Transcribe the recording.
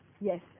Yes